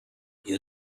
you